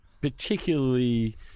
particularly